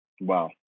Wow